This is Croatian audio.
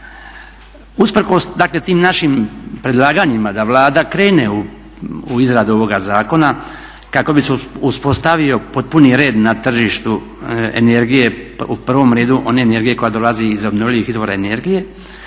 dakle tim našim predlaganjima da Vlada krene u izradu ovoga zakona kako bi se uspostavio potpuni red na tržištu energije u prvom redu one energije koja dolazi iz obnovljivih izvora energije.